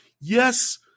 yes